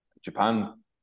Japan